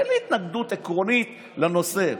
אין לי התנגדות עקרונית לנושא.